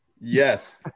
Yes